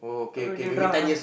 when you drunk ah